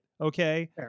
Okay